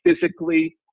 physically